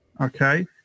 Okay